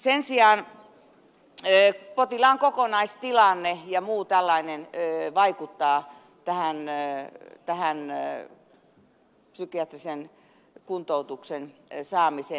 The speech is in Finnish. sen sijaan potilaan kokonaistilanne ja muu tällainen vaikuttaa tähän psykiatrisen kuntoutuksen saamiseen